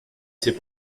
c’est